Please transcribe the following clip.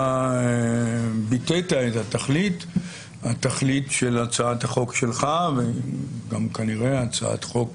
אתה ביטאת את התכלית של הצעת החוק שלך וגם כנראה הצעת חוק